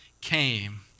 came